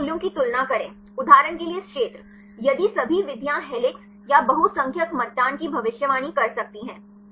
फिर इन मूल्यों की तुलना करें उदाहरण के लिए इस क्षेत्र यदि सभी विधियां हेलिक्स या बहुसंख्यक मतदान की भविष्यवाणी कर सकती हैं